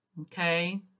Okay